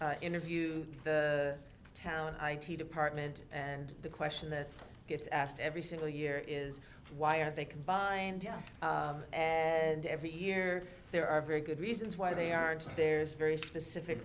interview the town id department and the question that gets asked every single year is why are they combined and every year there are very good reasons why they aren't there's very specific